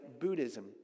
Buddhism